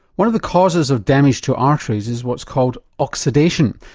one of the causes of damage to arteries is what's called oxidation.